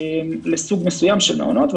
לסוג מסוים של מעונות,